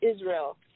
Israel